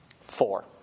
Four